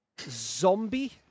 Zombie